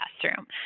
classroom